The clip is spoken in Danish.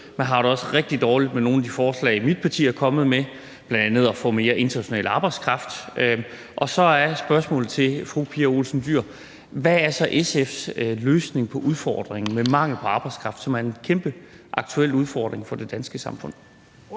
Man har det rigtig dårligt med nogle af de forslag, mit parti er kommet med, bl.a. at få mere international arbejdskraft. Så spørgsmålet til fru Pia Olsen Dyhr er: Hvad er så SF's løsning på udfordringen med mangel på arbejdskraft, som er en kæmpe aktuel udfordring for det danske samfund?